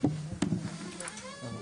בבקשה.